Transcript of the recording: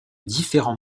différents